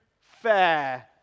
fair